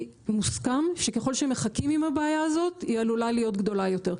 כי מוסכם שככל שמחכים עם הבעיה הזאת היא עלולה להיות גדולה יותר.